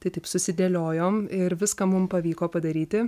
tai taip susidėliojom ir viską mum pavyko padaryti